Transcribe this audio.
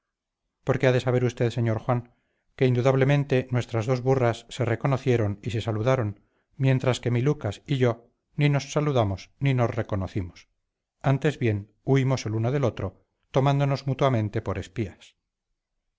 porque ha de saber usted señor juan que indudablemente nuestras dos burras se reconocieron y se saludaron mientras que mi lucas y yo ni nos saludamos ni nos reconocimos antes bien huimos el uno del otro tomándonos mutuamente por espías